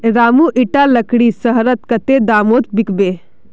रामू इटा लकड़ी शहरत कत्ते दामोत बिकबे